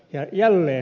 ja jälleen